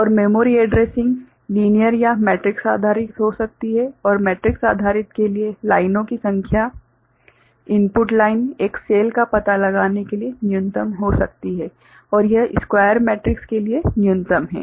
और memory addressing linear या matrix आधारित हो सकती है और मैट्रिक्स आधारित के लिए लाइनों की संख्या इनपुट लाइन एक सेल का पता लगाने के लिए न्यूनतम हो सकती है और यह स्क्वायर मैट्रिक्स के लिए न्यूनतम है